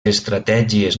estratègies